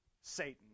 Satan